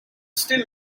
still